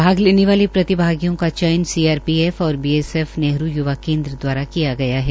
भाग लेने वाले प्रतिभागियों का चयन सीआरपीएफ और बीएसएफ नेहरू युवा केन्द्र द्वारा किया गया है